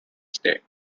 stay